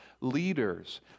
leaders